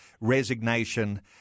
resignation